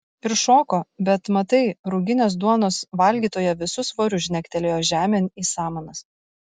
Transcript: ir šoko bet matai ruginės duonos valgytoja visu svoriu žnegtelėjo žemėn į samanas